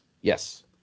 Yes